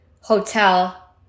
hotel